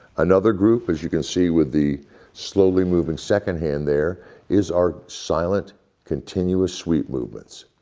another group as you can see with the slowly moving second hand there is our silent continuous sweep movements.